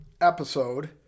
episode